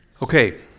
Okay